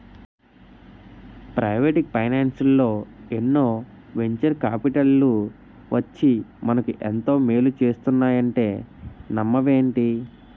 Private ఫైనాన్సల్లో ఎన్నో venture కాపిటల్లు వచ్చి మనకు ఎంతో మేలు చేస్తున్నాయంటే నమ్మవేంటి?